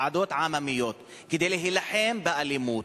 ועדות עממיות, כדי להילחם באלימות.